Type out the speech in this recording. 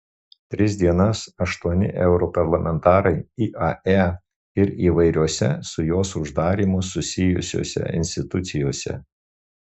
tris dienas aštuoni europarlamentarai iae ir įvairiose su jos uždarymu susijusiose institucijose